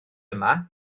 yma